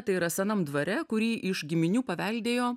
tai yra senam dvare kurį iš giminių paveldėjo